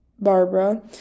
barbara